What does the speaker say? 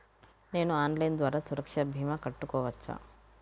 నేను ఆన్లైన్ ద్వారా సురక్ష భీమా కట్టుకోవచ్చా?